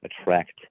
attract